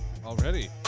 Already